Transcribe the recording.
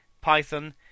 Python